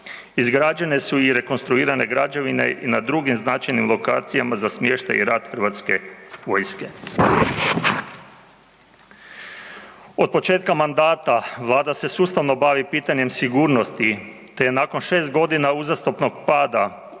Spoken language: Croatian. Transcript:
Izgrađene su i rekonstruirane građevine i na drugim značajnim lokacijama za smještaj i rad Hrvatske vojske. Od početka mandata Vlada se sustavno bavi pitanjem sigurnosti te je nakon šest godina uzastopnog pada,